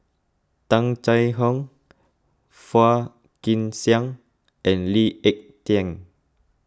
Tung Chye Hong Phua Kin Siang and Lee Ek Tieng